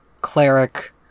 cleric